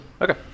Okay